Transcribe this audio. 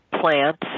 plants